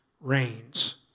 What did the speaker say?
reigns